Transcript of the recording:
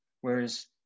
Whereas